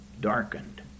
darkened